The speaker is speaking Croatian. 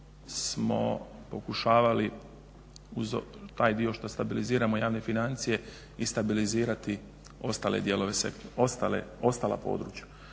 pokušavali uz taj dio što stabiliziramo javne financije i stabilizirati ostala područja